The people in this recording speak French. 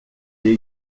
est